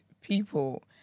people